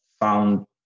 found